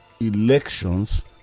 elections